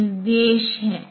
तो यह उस तरह से कर सकता है